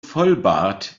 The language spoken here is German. vollbart